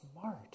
smart